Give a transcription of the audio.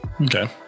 okay